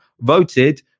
voted